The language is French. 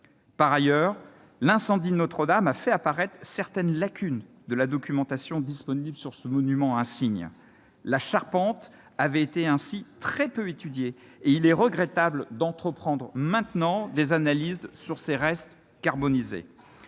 Par ailleurs, l'incendie de Notre-Dame a fait apparaître certaines lacunes de la documentation disponible sur ce monument insigne. Ainsi, la charpente avait été très peu étudiée, et il est regrettable de devoir entreprendre maintenant des analyses sur ses restes carbonisés.